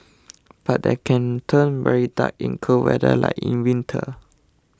but they can turn very dark in cold weather like in winter